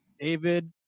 David